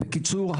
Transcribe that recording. בקיצור,